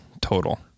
total